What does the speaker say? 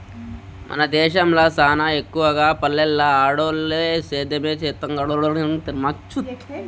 మన దేశంల సానా ఎక్కవగా పల్లెల్ల ఆడోల్లు సేద్యమే సేత్తండారు